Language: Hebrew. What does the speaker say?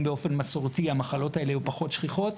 באופן מסורתי המחלות האלה היו פחות שכיחות,